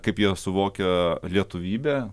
kaip jie suvokia lietuvybę